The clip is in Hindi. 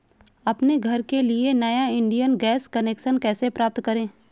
अपने घर के लिए नया इंडियन गैस कनेक्शन कैसे प्राप्त करें?